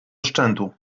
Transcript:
szczętu